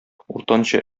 уртанчы